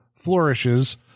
flourishes